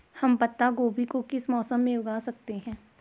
हम पत्ता गोभी को किस मौसम में उगा सकते हैं?